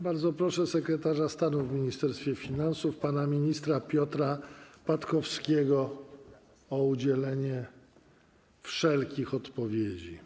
Bardzo proszę podsekretarza stanu w Ministerstwie Finansów pana ministra Piotra Patkowskiego o udzielenie wszelkich odpowiedzi.